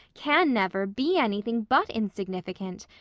can never, be anything but insignificant,